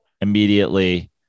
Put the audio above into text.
immediately